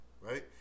right